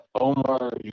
Omar